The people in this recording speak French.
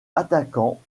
attaquant